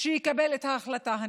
לקבל את ההחלטה הנכונה.